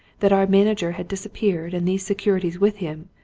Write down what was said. that our manager had disappeared, and these securities with him,